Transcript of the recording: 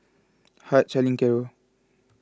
Hart Charlene Caro